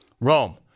Rome